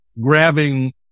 grabbing